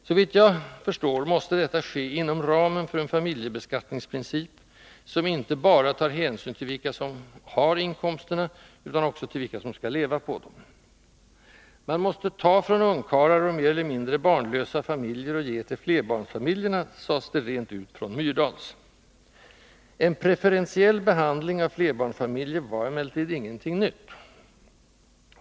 Såvitt jag förstår måste detta ske inom ramen för en familjebeskattningsprincip som inte bara tar hänsyn till vilka som har inkomsterna, utan också till vilka som skall leva på dem. ”Man måste ta från ungkarlar och mer eller mindre barnlösa familjer och ge till flerbarnsfamiljerna”, sades det rent ut från Myrdals. En preferentiell behandling av flerbarnsfamiljer var emellertid ingen ny idé.